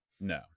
no